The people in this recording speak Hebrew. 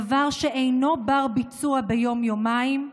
דבר שאינו בר-ביצוע ביום-יומיים,